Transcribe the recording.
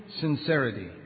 sincerity